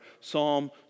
Psalm